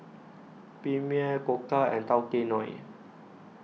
Premier Koka and Tao Kae Noi